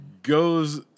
Goes